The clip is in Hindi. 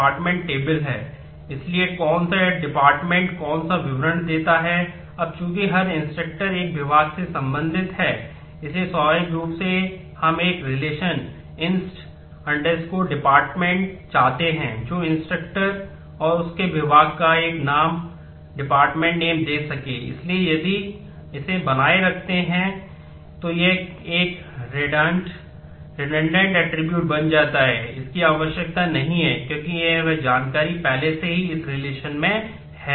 डिजाइन में है